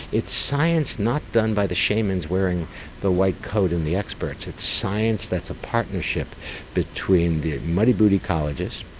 it's science not done by the shamans wearing the white coat and the experts, it's science that's a partnership between the muddy-boot ecologists,